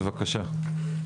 בבקשה.